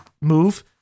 move